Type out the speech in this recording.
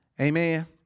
Amen